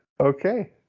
Okay